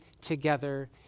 together